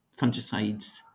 fungicides